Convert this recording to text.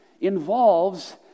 involves